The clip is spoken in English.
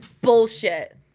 bullshit